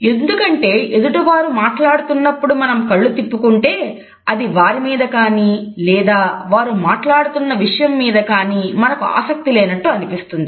ఎందుకంటే ఎదుటివారు మాట్లాడుతున్నప్పుడు మనం కళ్ళు తిప్పుకుంటే అది వారి మీద కానీ లేదా వారు మాట్లాడుతున్న విషయం మీద కానీ మనకు ఆసక్తి లేనట్టు అనిపిస్తుంది